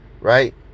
Right